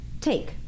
take